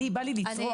אני בא לי לצרוח.